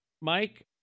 Mike